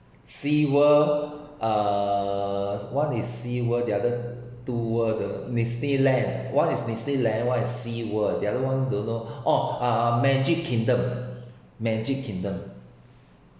sea world uh one is sea world the other two world the disneyland one is disneyland one is sea world the other one don’t know oh uh magic kingdom magic kingdom